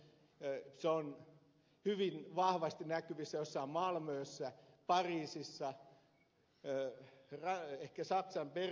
se on hyvin vahvasti näkyvissä jossain malmössä pariisissa ehkä saksan berliinissäkin